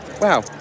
Wow